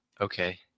okay